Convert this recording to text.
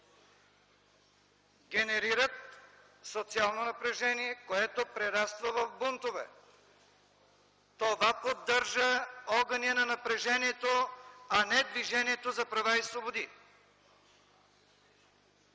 генерират социално напрежение, което прераства в бунтове. Това поддържа огъня на напрежението, а не Движението за права и свободи.